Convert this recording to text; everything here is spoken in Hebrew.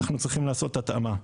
אנחנו צריכים לעשות התאמה.